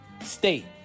state